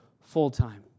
full-time